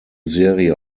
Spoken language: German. serie